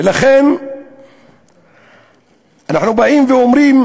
ולכן אנחנו באים ואומרים,